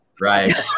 Right